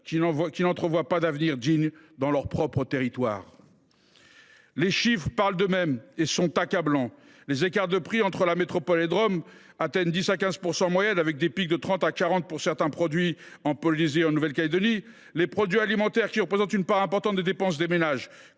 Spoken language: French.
qui n’entrevoient pas d’avenir digne dans leur propre territoire. Les chiffres parlent d’eux mêmes et sont accablants. Les écarts de prix entre la métropole et les départements et régions d’outre mer atteignent 10 % à 15 % en moyenne, avec des pics de 30 % à 40 % pour certains produits en Polynésie française et en Nouvelle Calédonie. Les produits alimentaires, qui représentent une part importante des dépenses des ménages,